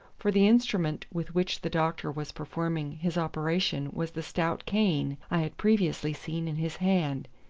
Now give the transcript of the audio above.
for the instrument with which the doctor was performing his operation was the stout cane i had previously seen in his hand,